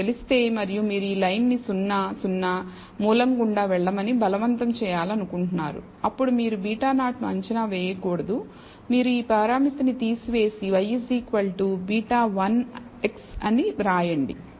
మీకు తెలిస్తే మరియు మీరు ఈ లైన్ ని 0 0 మూలం గుండా వెళ్ళమని బలవంతం చేయాలనుకుంటున్నారు అప్పుడు మీరు β0 ను అంచనా వేయకూడదు మీరు ఈ పరామితి ని తీసివేసి y β1 x అని వ్రాయండి